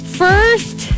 first